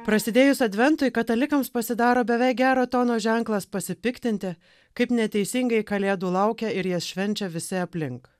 prasidėjus adventui katalikams pasidaro beveik gero tono ženklas pasipiktinti kaip neteisingai kalėdų laukia ir jas švenčia visi aplink